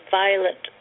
violent